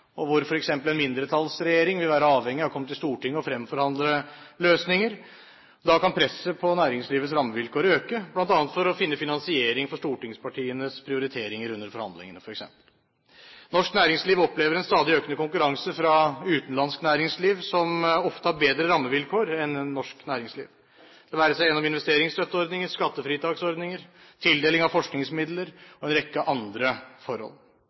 og hvor f.eks. en mindretallsregjering vil være avhengig av å komme til Stortinget og fremforhandle løsninger. Da kan presset på næringslivets rammevilkår øke, bl.a. for å finne finansiering for stortingspartienes prioriteringer under forhandlingene f.eks. Norsk næringsliv opplever en stadig økende konkurranse fra utenlandsk næringsliv, som ofte har bedre rammevilkår enn norsk næringsliv – det være seg gjennom investeringsstøtteordninger, skattefritaksordninger, tildeling av forskningsmidler eller en rekke andre forhold.